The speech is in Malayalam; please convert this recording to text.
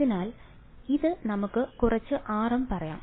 അതിനാൽ ഇത് നമുക്ക് കുറച്ച് rm പറയാം